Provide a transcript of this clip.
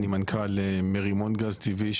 אני מנכ"ל מרימון גז טבעי,